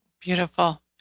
Beautiful